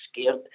scared